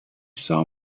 saw